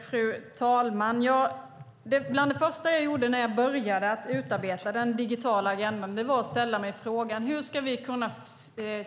Fru talman! Bland det första jag gjorde när jag började utarbeta den digitala agendan var att ställa mig frågan: Hur ska vi kunna